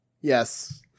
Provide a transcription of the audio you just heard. Yes